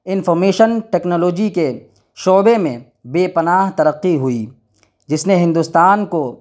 information technology کے شعبے میں بے پناہ ترقی ہوئی جس نے ہندوستان کو